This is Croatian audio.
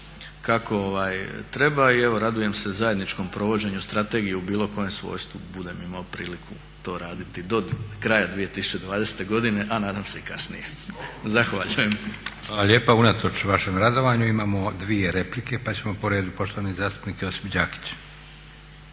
kako treba i evo radujem se zajedničkom provođenju strategije u bilo kojem svojstvu budem imao priliku to raditi do kraja 2020. godine a nadam se i kasnije. Zahvaljujem. **Leko, Josip (SDP)** Hvala lijepa. Unatoč vašem radovanju imamo dvije replike pa ćemo po redu. Poštovani zastupnik Josip Đakić.